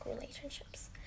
relationships